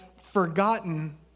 forgotten